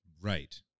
Right